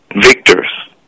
Victors